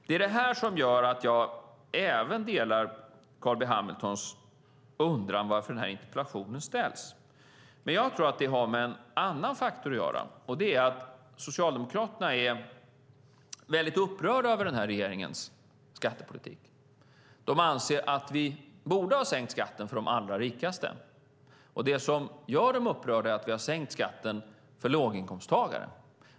Det är det här som gör att jag även delar Carl B Hamiltons undran om varför den här interpellationen ställs. Men jag tror att det har med en annan faktor att göra, och det är att Socialdemokraterna är väldigt upprörda över den här regeringens skattepolitik. De anser att vi borde ha sänkt skatten för de allra rikaste. Det som gör dem upprörda är att vi har sänkt skatten för låginkomsttagare.